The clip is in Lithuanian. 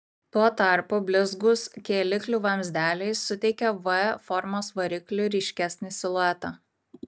tuo tarpu blizgūs kėliklių vamzdeliai suteikia v formos varikliui ryškesnį siluetą